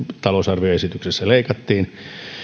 talousarvioesityksessä leikattiin